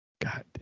God